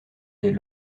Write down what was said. des